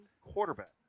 quarterback